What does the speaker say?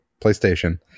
PlayStation